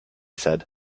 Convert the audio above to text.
said